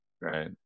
Right